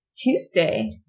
Tuesday